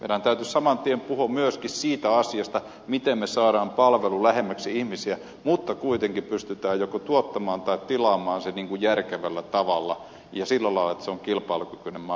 meidän täytyisi saman tien puhua myöskin siitä asiasta miten me saamme palvelun lähemmäksi ihmisiä mutta kuitenkin pystymme joko tuottamaan tai tilaamaan sen järkevällä tavalla ja sillä lailla että se on kilpailukykyinen malli toimia